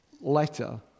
letter